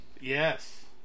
yes